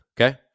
Okay